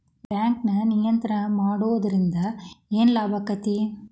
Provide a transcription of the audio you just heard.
ಬ್ಯಾಂಕನ್ನ ನಿಯಂತ್ರಣ ಮಾಡೊದ್ರಿಂದ್ ಏನ್ ಲಾಭಾಕ್ಕತಿ?